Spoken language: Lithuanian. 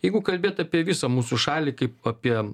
jeigu kalbėt apie visą mūsų šalį kaip apie